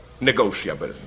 negotiable